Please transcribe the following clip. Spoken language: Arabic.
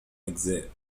أجزاء